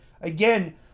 again